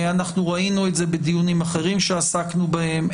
ראינו את זה בדיונים אחרים שעסקנו בהם.